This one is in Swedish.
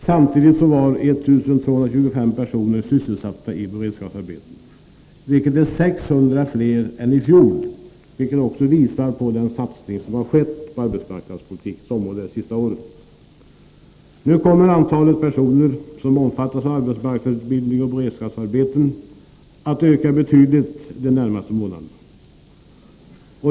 Samtidigt var 1 225 personer sysselsatta i beredskapsarbeten, vilket är 600 fler än i fjol. Detta visar den satsning som har gjorts på arbetsmarknadspolitikens område det senaste året. Nu kommer antalet personer som omfattas av arbetsmarknadsutbildning och beredskapsarbete att öka betydligt de närmaste månaderna.